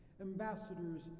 ambassadors